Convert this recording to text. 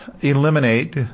eliminate